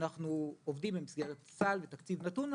אנחנו עובדים במסגרת הסל בתקציב נתון.